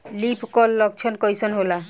Leaf curl लक्षण कइसन होला?